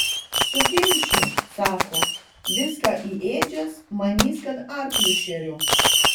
sukimšiu sako viską į ėdžias manys kad arklius šeriu